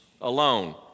alone